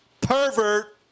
Pervert